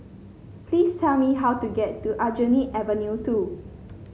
please tell me how to get to Aljunied Avenue Two